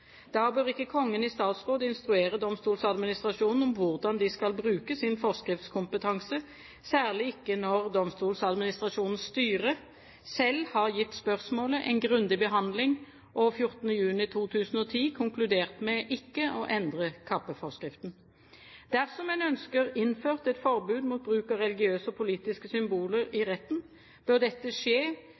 Da bør ikke Kongen i statsråd instruere Domstoladministrasjonen om hvordan de skal bruke sin forskriftskompetanse, særlig ikke når Domstoladministrasjonens styre selv har gitt spørsmålet en grundig behandling og 14. juni 2010 konkludert med ikke å endre kappeforskriften. Dersom en ønsker innført et forbud mot bruk av religiøse og politiske symboler i retten, bør dette skje